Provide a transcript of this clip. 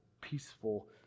peaceful